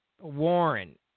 Warren